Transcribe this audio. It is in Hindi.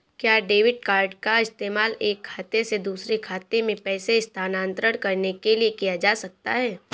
क्या डेबिट कार्ड का इस्तेमाल एक खाते से दूसरे खाते में पैसे स्थानांतरण करने के लिए किया जा सकता है?